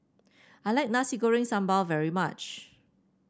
I like Nasi Goreng Sambal very much